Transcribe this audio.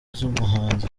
z’umuhanzi